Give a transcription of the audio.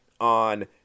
on